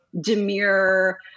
demure